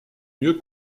mieux